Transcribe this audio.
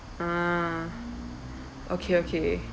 ah okay okay